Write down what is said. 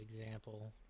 example